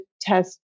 test